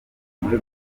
muri